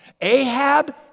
Ahab